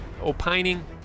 opining